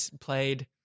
played